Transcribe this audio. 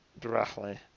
directly